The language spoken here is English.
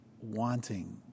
wanting